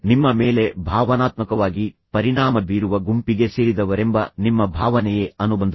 ನಿಮ್ಮ ಮೇಲೆ ಭಾವನಾತ್ಮಕವಾಗಿ ಪರಿಣಾಮ ಬೀರುವ ಗುಂಪಿಗೆ ಸೇರಿದವರೆಂಬ ನಿಮ್ಮ ಭಾವನೆಯೇ ಅನುಬಂಧ